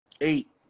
Eight